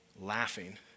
laughing